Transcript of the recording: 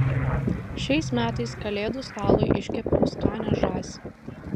šiais metais kalėdų stalui iškepiau skanią žąsį